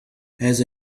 has